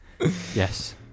Yes